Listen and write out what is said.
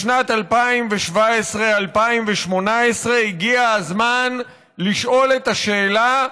בשנת 2017 2018 הגיע הזמן לשאול את השאלה: